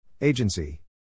Agency